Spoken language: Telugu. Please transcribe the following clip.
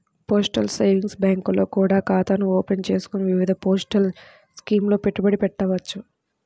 పోస్టల్ సేవింగ్స్ బ్యాంకుల్లో కూడా ఖాతాను ఓపెన్ చేసుకొని వివిధ పోస్టల్ స్కీముల్లో పెట్టుబడి పెట్టవచ్చు